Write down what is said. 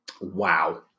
wow